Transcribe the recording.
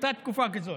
הייתה תקופה כזאת.